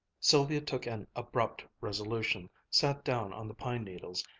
sylvia took an abrupt resolution, sat down on the pine-needles,